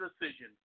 decision